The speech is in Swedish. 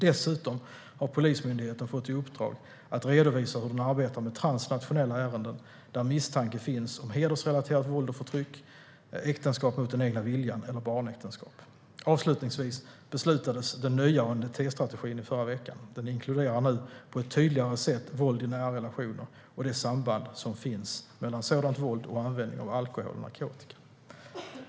Dessutom har Polismyndigheten fått i uppdrag att redovisa hur den arbetar med transnationella ärenden där misstanke finns om hedersrelaterat våld och förtryck, äktenskap mot den egna viljan eller barnäktenskap. Avslutningsvis beslutades den nya ANDT-strategin i förra veckan. Den inkluderar nu på ett tydligare sätt våld i nära relationer och det samband som finns mellan sådant våld och användningen av alkohol och narkotika.